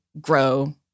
grow